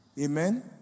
Amen